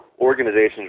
organizations